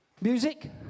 Music